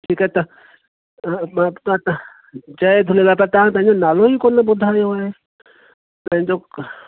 ठीकु आहे जय झूलेलाल तव्हां पंहिंजो नालो ई कोन ॿुधायो आहे पंहिंजो